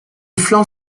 flanc